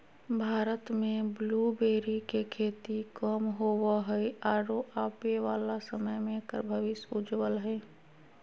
भारत में ब्लूबेरी के खेती कम होवअ हई आरो आबे वाला समय में एकर भविष्य उज्ज्वल हई